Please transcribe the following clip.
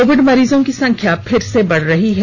Covid मरीजों की संख्या फिर से बढ़ रही है